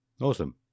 Awesome